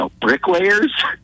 bricklayers